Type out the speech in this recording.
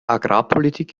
agrarpolitik